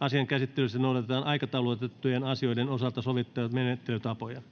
asian käsittelyssä noudatetaan aikataulutettujen asioiden osalta sovittuja menettelytapoja